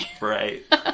Right